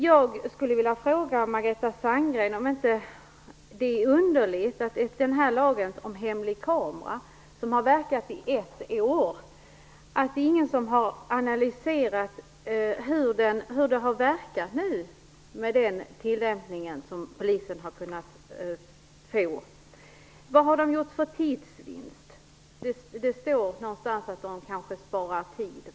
Jag skulle vilja fråga Margareta Sandgren om det inte är underligt att ingen har analyserat verkningarna av den här lagen om hemlig kameraövervakning, som nu har gällt i ett år, med den tillämpning som polisen har kunnat göra. Vad har man gjort för tidsvinst? Det står någonstans att man kanske sparar tid.